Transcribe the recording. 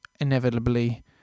inevitably